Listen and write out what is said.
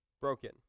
broken